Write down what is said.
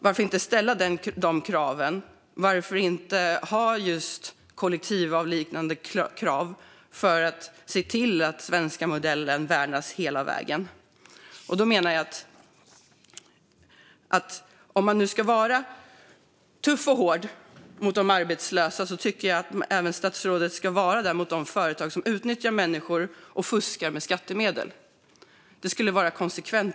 Varför inte ställa de kraven, varför inte ha just kollektivavtalsliknande krav, för att se till att den svenska modellen värnas hela vägen? Om man ska vara tuff och hård mot de arbetslösa tycker jag att statsrådet även ska vara det mot de företag som utnyttjar människor och fuskar med skattemedel. Det skulle vara konsekvent.